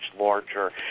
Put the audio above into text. larger